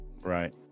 Right